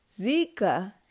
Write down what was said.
Zika